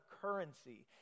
currency